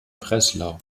breslau